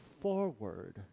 forward